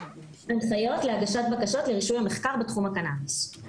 הנחיות להגשת בקשות לרישום המחקר בתחום הקנאביס.